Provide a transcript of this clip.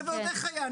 זה ועוד איך היה.